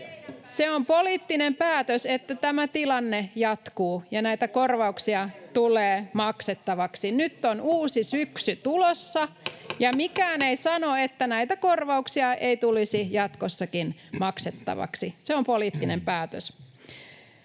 Se on poliittinen päätös, että tämä tilanne jatkuu ja näitä korvauksia tulee maksettavaksi. Nyt on uusi syksy tulossa, ja mikään ei sano, että näitä korvauksia ei tulisi jatkossakin maksettavaksi. Se on poliittinen päätös.